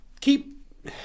keep